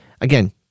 Again